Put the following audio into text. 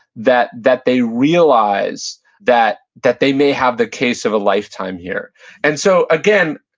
that that they realize that that they may have the case of a lifetime here and so again,